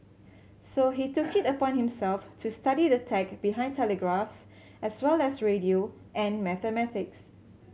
so he took it upon himself to study the tech behind telegraphs as well as radio and mathematics